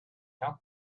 come